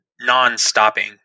non-stopping